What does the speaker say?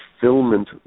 fulfillment